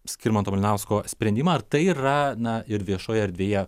skirmanto malinausko sprendimą ar tai yra na ir viešoje erdvėje